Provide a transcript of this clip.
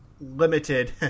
limited